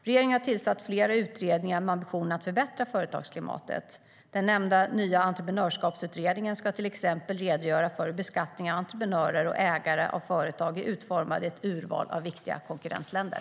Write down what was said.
Regeringen har tillsatt flera utredningar med ambitionen att förbättra företagsklimatet. Den nämnda nya entreprenörskapsutredningen ska till exempel redogöra för hur beskattningen av entreprenörer och ägare av företag är utformad i ett urval av viktiga konkurrentländer.